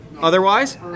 Otherwise